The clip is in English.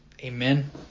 Amen